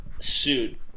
suit